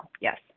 yes